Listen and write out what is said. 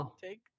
Take